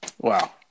Wow